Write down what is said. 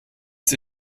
sie